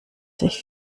sich